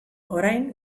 orain